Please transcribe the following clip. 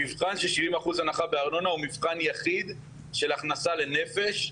המבחן של 70% בארנונה הוא מבחן יחיד של הכנסה לנפש,